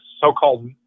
so-called